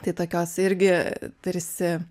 tai tokios irgi tarsi